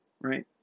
right